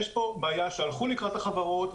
יש פה בעיה שהלכו לקראת החברות,